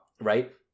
right